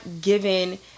given